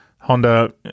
Honda